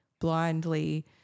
blindly